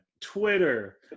twitter